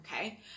Okay